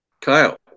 Kyle